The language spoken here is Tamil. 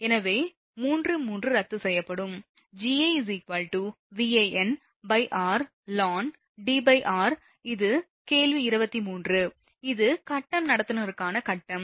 எனவே 3 3 ரத்து செய்யப்படும் Ga Vanr lnDr இது கேள்வி 23 இது கட்டம் நடத்துனருக்கான கட்டம்